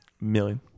Million